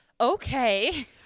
okay